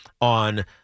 on